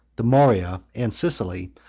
the morea, and sicily,